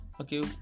okay